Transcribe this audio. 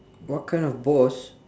what kind of boss